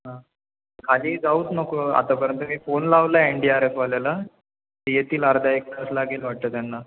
हां खाली जाऊच नको आतापर्यंत मी फोन लावला आहे एन डी आर एफवाल्याला ते येथील अर्धा एक तास लागेल वाटतं त्यांना